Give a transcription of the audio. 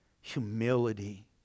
humility